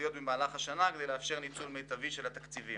המשרדיות במהלך השנה כדי לאפשר ניצול מיטבי של התקציבים.